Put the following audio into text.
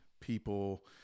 people